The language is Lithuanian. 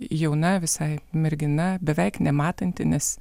jauna visai mergina beveik nematanti nes